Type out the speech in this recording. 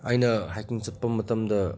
ꯑꯩꯅ ꯍꯥꯏꯀꯤꯡ ꯆꯠꯄ ꯃꯇꯝꯗ